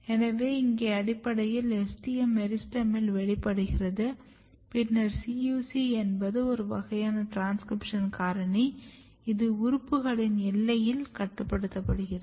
எனவே இங்கே அடிப்படையில் STM மெரிஸ்டெமில் வெளிப்படுகிறது பின்னர் CUC என்பது ஒரு வகையான டிரான்ஸ்கிரிப்ஷன் காரணி இது உறுப்புகளின் எல்லையில் கட்டுப்படுத்துகிறது